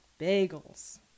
bagels